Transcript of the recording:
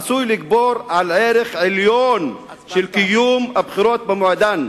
עשוי לגבור על ערך עליון של קיום הבחירות במועדן.